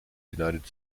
united